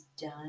done